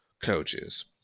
coaches